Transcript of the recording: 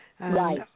Right